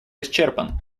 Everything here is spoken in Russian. исчерпан